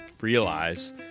realize